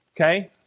Okay